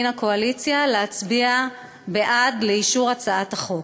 הקואליציה להצביע בעד אישור הצעת החוק.